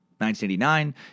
1989